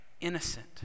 innocent